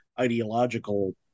ideological